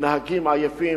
נהגים עייפים.